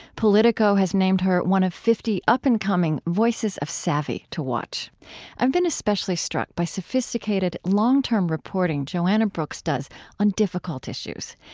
politico has named her one of fifty up-and-coming voices of savvy to watch i've been especially struck by sophisticated, long-term reporting joanna brooks does on difficult issues.